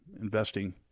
investing